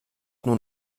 nun